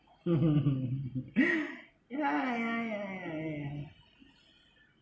yeah yeah yeah yeah yeah